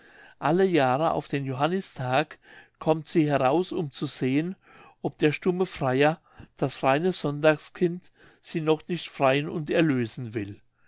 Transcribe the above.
alle jahre auf den johannistag kommt sie heraus um zu sehen ob der stumme freier das reine sonntagskind sie noch nicht freien und erlösen will